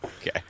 Okay